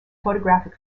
photographic